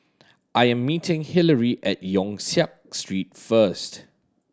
I'm meeting Hilary at Yong Siak Street first